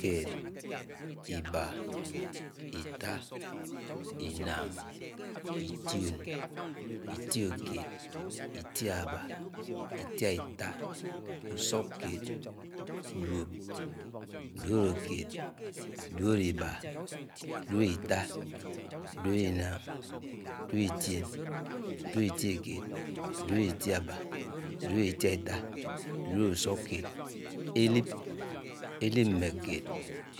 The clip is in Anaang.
Kéed, ìbá, itá, ìnáng ìtìón ìtiókéed, itiábá, ìtaìtá, ùsúkkéed dwóp, duólókéed, duɗóibã duólóitá, duóló-ináng duóló-itión, duòló-itiókéed, duòló-itiábá duolo-ìtìátá, duòló-ùsùkkéed, èlíp, elíp-mékéed,